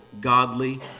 godly